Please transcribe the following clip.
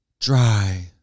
dry